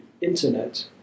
Internet